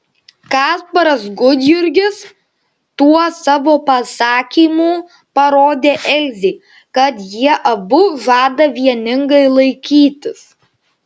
kasparas gudjurgis tuo savo pasakymu parodė elzei kad jie abu žada vieningai laikytis